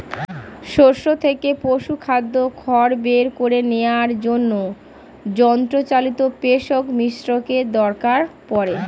শস্য থেকে পশুখাদ্য খড় বের করে নেওয়ার জন্য যন্ত্রচালিত পেষক মিশ্রকের দরকার পড়ে